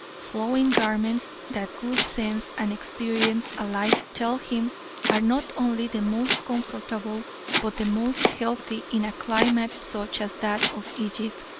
flowing garments that good sense and experience alike tell him are not only the most comfortable but the most healthy in a climate such as that of egypt.